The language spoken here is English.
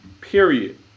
Period